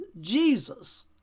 Jesus